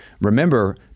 Remember